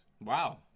wow